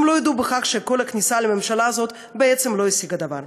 הם לא יודו בכך שכל הכניסה לממשלה לא השיגה דבר.